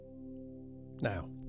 Now